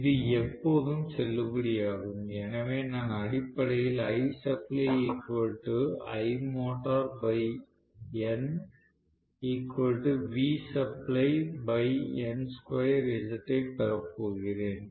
இது எப்போதும் செல்லுபடியாகும் எனவே நான் அடிப்படையில் ஐப் பெறப்போகிறேன்